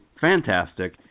fantastic